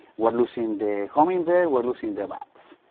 we're losing the hummingbird. we're losing the bats.